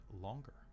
longer